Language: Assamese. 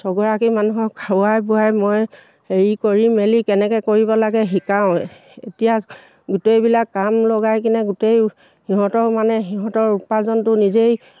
ছগৰাকী মানুহক খোৱাই বোৱাই মই হেৰি কৰি মেলি কেনেকৈ কৰিব লাগে শিকাওঁ এতিয়া গোটেইবিলাক কাম লগাই কিনে গোটেই সিহঁতৰ মানে সিহঁতৰ উপাৰ্জনটো নিজেই